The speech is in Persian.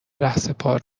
رهسپار